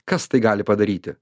kas tai gali padaryti